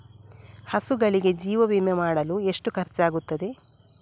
ಹಸುಗಳಿಗೆ ಜೀವ ವಿಮೆ ಮಾಡಲು ಎಷ್ಟು ಖರ್ಚಾಗುತ್ತದೆ?